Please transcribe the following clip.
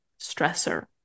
stressor